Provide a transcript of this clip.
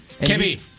KB